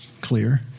clear